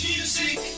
Music